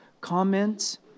comments